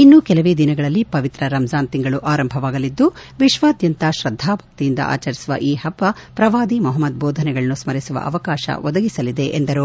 ಇನ್ನು ಕೆಲವೇ ದಿನಗಳಲ್ಲಿ ಪವಿತ್ರ ರಂಜಾನ್ ತಿಂಗಳು ಆರಂಭವಾಗಲಿದ್ದು ವಿಶ್ವಾದ್ಯಂತ ಶ್ರದ್ದಾ ಭಕ್ತಿಯಿಂದ ಆಚರಿಸುವ ಈ ಹಬ್ಬ ಪ್ರವಾದಿ ಮೊಹಮದ್ ಬೋಧನೆಗಳನ್ನು ಸ್ನರಿಸುವ ಅವಕಾಶ ಒದಗಿಸಲಿದೆ ಎಂದರು